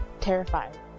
terrified